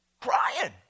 crying